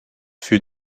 fut